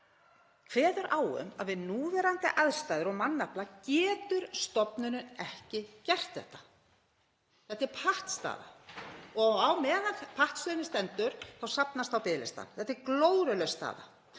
kveða á um að við núverandi aðstæður og mannafla geti stofnunin ekki gert þetta. Þetta er pattstaða og meðan á pattstöðunni stendur þá safnast á biðlista. Þetta er glórulaus staða